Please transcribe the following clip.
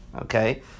okay